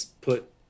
put